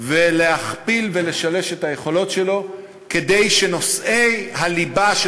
ולהכפיל ולשלש את היכולות שלו כדי שנושאי הליבה של